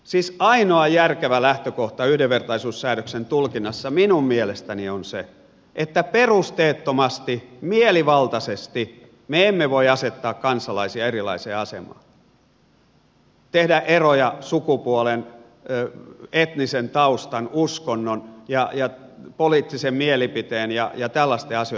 siis ainoa järkevä lähtökohta yhdenvertaisuussäädöksen tulkinnassa minun mielestäni on se että perusteettomasti mielivaltaisesti me emme voi asettaa kansalaisia erilaiseen asemaan tehdä eroja sukupuolen etnisen taustan uskonnon ja poliittisen mielipiteen ja tällaisten asioiden pohjalta